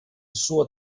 suo